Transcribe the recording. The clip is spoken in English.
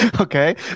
Okay